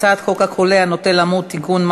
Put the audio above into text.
הצעת חוק החולה הנוטה למות (תיקון,